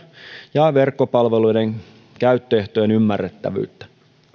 ja verkkopalveluiden käyttöehtojen ymmärrettävyyttä